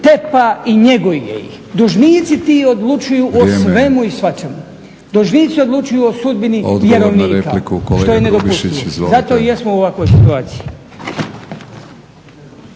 tepa i njeguje ih. Dužnici ti odlučuju o svemu i svačemu. Dužnici odlučuju o sudbini vjerovnika što je nedopustivo zato jer smo u ovakvoj situaciji.